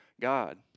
God